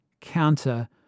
counter-